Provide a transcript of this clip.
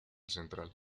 central